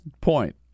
point